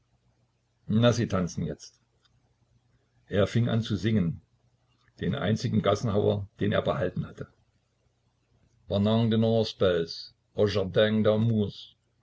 na sie tanzen jetzt er fing an zu singen den einzigen gassenhauer den er behalten hatte